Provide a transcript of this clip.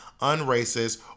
un-racist